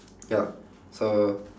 ya so